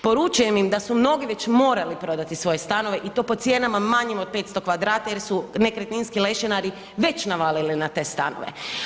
Poručujem im da su mnogi već morali prodati svoje stanove i to po cijenama manjim od 500 m2 jer su nekretninski lešinari već navalili na te stanove.